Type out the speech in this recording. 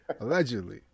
Allegedly